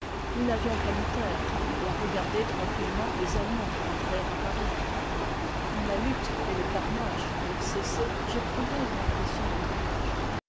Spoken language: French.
nous n'avions qu'à nous taire et à regarder tranquillement les allemands entrer à paris quand la lutte et le carnage eurent cessé j'éprouvai une impression étrange